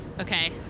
okay